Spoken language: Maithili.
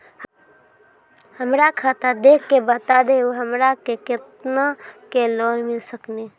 हमरा खाता देख के बता देहु हमरा के केतना के लोन मिल सकनी?